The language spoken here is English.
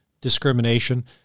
discrimination